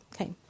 Okay